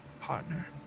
partner